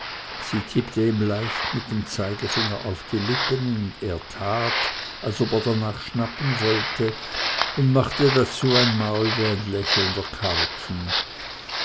sie tippte ihm leicht mit dem zeigefinger auf die lippen und er tat als ob er darnach schnappen wollte und machte dazu ein maul wie ein lächelnder karpfen